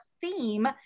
theme